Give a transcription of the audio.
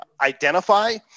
identify